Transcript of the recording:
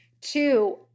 Two